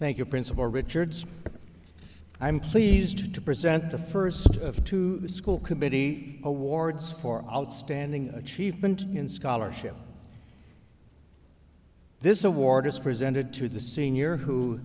thank you principal richards i am pleased to present the first of two the school committee awards for outstanding achievement in scholarship this award is presented to the senior who